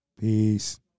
Peace